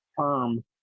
term